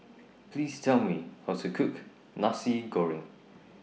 Please Tell Me How to Cook Nasi Goreng